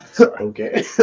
Okay